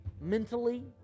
mentally